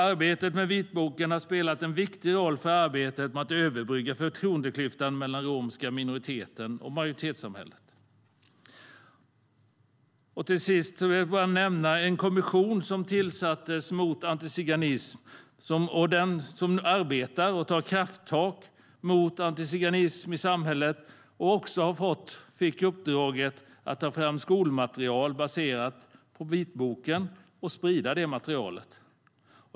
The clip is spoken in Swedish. Arbetet med vitboken har spelat en viktig roll för att överbrygga förtroendeklyftan mellan den romska minoriteten och majoritetssamhället. Till sist vill jag bara nämna den kommission som tillsattes mot antiziganism och som arbetar och tar krafttag mot antiziganism i samhället. Kommissionen har också fått i uppdrag att ta fram skolmaterial baserat på vitboken och sprida det materialet.